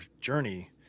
journey